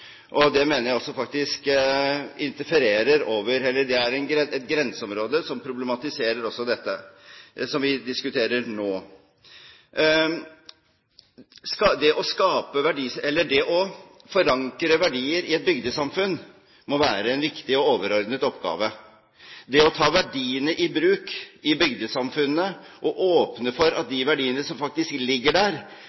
og det mener jeg faktisk er et grenseområde som problematiserer også dette som vi diskuterer nå. Det å forankre verdier i et bygdesamfunn må være en viktig og overordnet oppgave. Det å ta verdiene i bruk i bygdesamfunnene og åpne for at